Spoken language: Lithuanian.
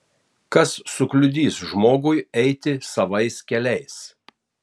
kas sukliudys žmogui eiti savais keliais